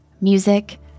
music